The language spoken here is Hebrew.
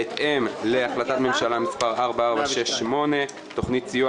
בהתאם להחלטת ממשלה מס' 4468 תכנית סיוע